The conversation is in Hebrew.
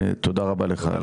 תודה רבה לך.